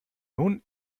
nun